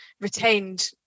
retained